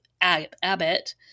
Abbott